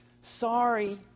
sorry